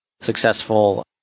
successful